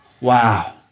wow